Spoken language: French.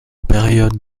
période